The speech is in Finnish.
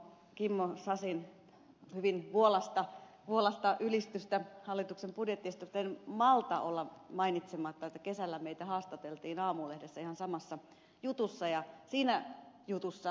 kimmo sasin hyvin vuolasta ylistystä hallituksen budjettiesityksestä en malta olla mainitsematta että kesällä meitä haastateltiin aamulehdessä ihan samassa jutussa ja siinä jutussa ed